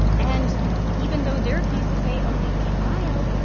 and even though their cases may only be mild,